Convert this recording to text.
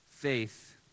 faith